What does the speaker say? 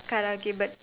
Karaoke but